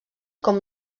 com